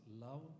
love